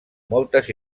moltes